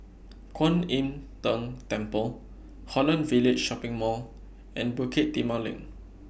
Kwan Im Tng Temple Holland Village Shopping Mall and Bukit Timah LINK